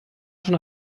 schon